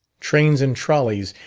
trains and trolleys,